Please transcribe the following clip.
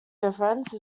difference